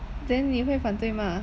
then 你会反对吗